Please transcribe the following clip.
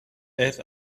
add